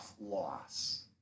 loss